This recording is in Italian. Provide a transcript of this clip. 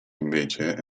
invece